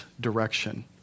direction